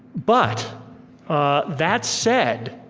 but that said,